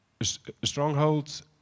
strongholds